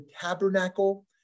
tabernacle